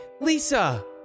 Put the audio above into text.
Lisa